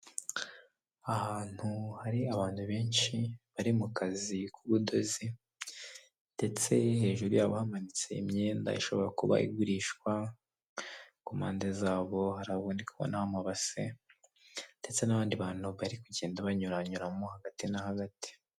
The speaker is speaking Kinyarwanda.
Ahantu hari abantu benshi, bari mu kazi k'ubudozi ndetse hejuru yabo hamanitse imyenda ishobora kuba igurishwa, ku mpande zabo haraboneka n'amabase, ndetse n'abandi bantu bari kugenda banyura nyura mo hagati na hagati.